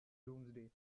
doomsday